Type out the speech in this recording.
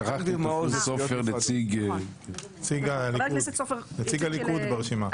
נציג --- נציג הליכוד ברשימה.